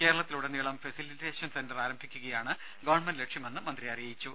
കേരളത്തിൽ ഉടനീളം facilitation centre ആരംഭിക്കുകയാണ് ഗവൺമെന്റ് ലക്ഷ്യമെന്ന് മന്ത്രി പറഞ്ഞു